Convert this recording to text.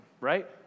right